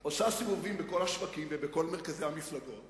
והוא פשוט מעביר לנו אמירות שמימיות.